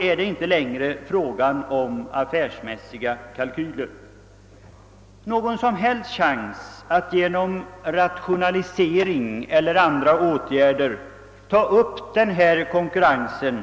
är det inte längre fråga om affärsmässiga kalkyler. Det finns ingen som helst chans att genom rationalisering eller andra åtgärder ta upp konkurrensen.